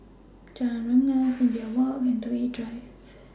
Jalan Rengas Imbiah Walk and Toh Yi Drive